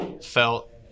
felt